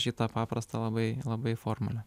šitą paprastą labai labai formulę